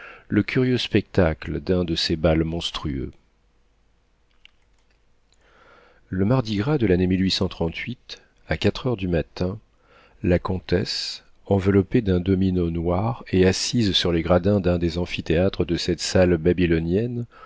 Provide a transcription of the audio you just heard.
le curieux spectacle d'un de ces bals monstrueux le mardi-gras de l'année à quatre heures du matin la comtesse enveloppée d'un domino noir et assise sur les gradins d'un des amphithéâtres de cette salle babylonienne